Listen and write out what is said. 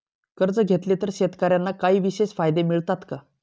कर्ज घेतले तर शेतकऱ्यांना काही विशेष फायदे मिळतात का?